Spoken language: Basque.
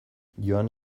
joan